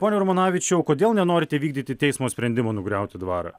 pone urmonavičiau kodėl nenorite vykdyti teismo sprendimo nugriauti dvarą